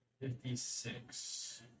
fifty-six